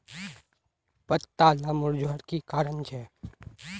पत्ताला मुरझ्वार की कारण छे?